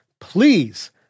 please